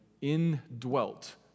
indwelt